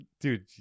dude